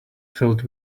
filled